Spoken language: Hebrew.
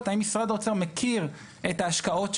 האם משרד האוצר מכיר את ההשקעות שנעשו.